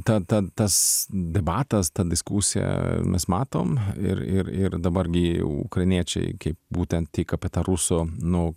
ta ta tas debatas tą diskusiją mes matom ir ir ir dabar gi ukrainiečiai kaip būtent tik apie tą rusų nu